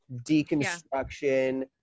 deconstruction